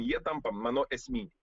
jie tampa manau esminiai